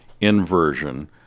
inversion